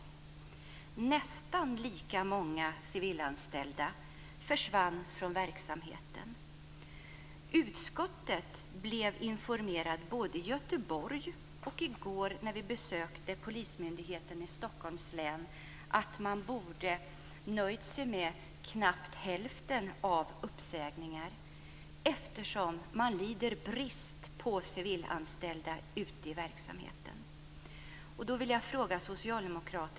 Nästan lika många civilanställda försvann från verksamheten. Utskottet blev informerat både i Göteborg och i går när vi besökte Polismyndigheten i Stockholms län att man borde ha nöjt sig med knappt hälften av uppsägningarna, eftersom man lider brist på civilanställda i verksamheten.